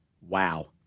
Wow